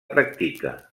practica